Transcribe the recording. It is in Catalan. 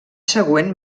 següent